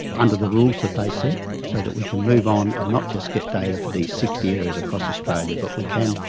under the rules that they set, so that we can move on and not just get data for these sixty areas across australia but we can,